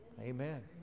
Amen